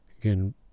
again